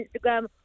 Instagram